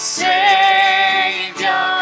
savior